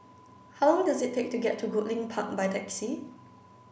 how long does it take to get to Goodlink Park by taxi